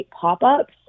Pop-Ups